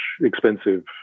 expensive